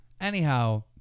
Anyhow